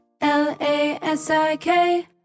L-A-S-I-K